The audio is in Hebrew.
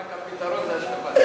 רק הפתרון זה השבת.